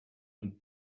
and